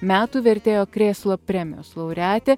metų vertėjo krėslo premijos laureatė